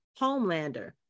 homelander